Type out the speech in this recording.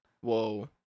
Whoa